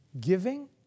Giving